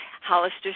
Hollister